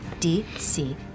DC